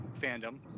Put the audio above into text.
fandom